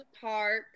Parks